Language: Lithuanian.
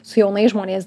su jaunais žmonės